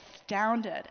astounded